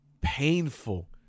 painful